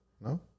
no